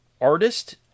artist